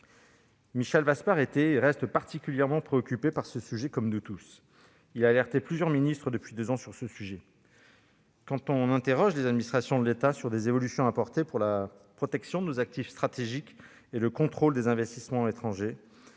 Michel Vaspart était et reste particulièrement préoccupé par ce sujet, comme nous tous. Il a alerté plusieurs ministres depuis deux ans. Quand nous interrogeons les administrations de l'État sur les évolutions apportées pour la protection de nos actifs stratégiques et le contrôle des investissements étrangers,